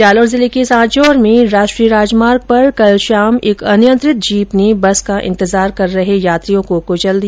जालोर जिले के सांचोर में राष्ट्रीय राजमार्ग पर कल शाम एक अनियंत्रित जीप ने बस का इंतजार कर रहे यात्रियों को कृचल दिया